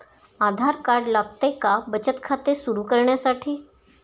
आधार card लागते का बचत खाते सुरू करण्यासाठी?